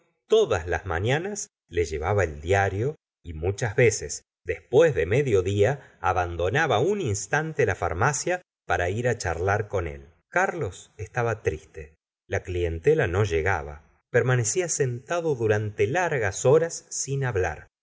todas las mañanas le llevaba el diario y muchas veces después de mediodía abandonaba un instante la farmacia para ir á charlar con él carlos estaba triste la clientela no llegaba permanecía sentado durante largas horas sin hablar